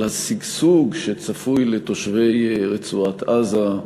על השגשוג שצפוי לתושבי רצועת-עזה,